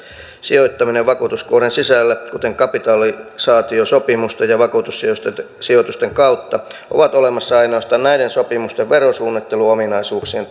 sijoittaminen vakuutuskuoren sisällä kuten kapitaalisaatiosopimusten ja vakuutussijoitusten kautta on olemassa ainoastaan näiden sopimusten verosuunnitteluominaisuuksien